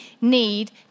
need